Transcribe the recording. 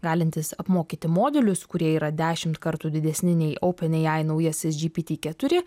galintis apmokyti modelius kurie yra dešimt kartų didesni nei oupen ei ai naujasis džypyty keturi